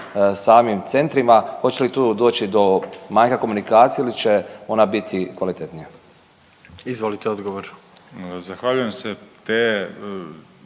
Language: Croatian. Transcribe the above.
samim centrima? Hoće li tu doći do manjka komunikacije ili će ona biti kvalitetnija? **Jandroković, Gordan